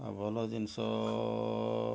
ଆଉ ଭଲ ଜିନିଷ